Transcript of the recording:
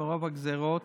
מרוב גזרות